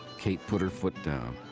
kate put her foot down.